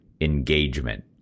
engagement